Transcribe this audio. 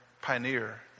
pioneer